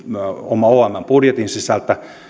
omn budjetin sisältä